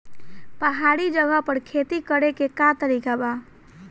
पहाड़ी जगह पर खेती करे के का तरीका बा?